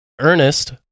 Ernest